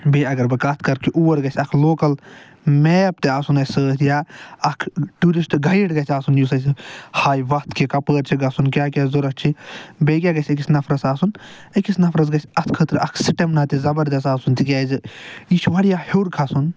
بیٚیہِ اَگر بہٕ کَتھ کرٕ اور گژھِ اکھ لوکَل میپ تہِ آسُن اَسہِ سۭتۍ یا اکھ ٹوٗرِسٹ گایِڈ گژھِ آسُن یُس اَسہِ ہاوِ وَتھ کَپٲری چھُ گژھُن کیاہ کیاہ ضوٚرتھ چھُ بیٚیہِ کیاہ گژھِ أکِس نَفرَس آسُن أکِس نَفرَس گژھِ اَتھ خٲطرٕ سِٹٮ۪منا تہِ زَبردست آسُن تِکیازِ یہِ چھُ واریاہ ہٮ۪وٚر کھسُن